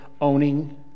owning